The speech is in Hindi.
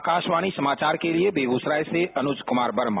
आकाशवाणी समाचार के लिए बेगूसराय से अनुज कुमार वर्मा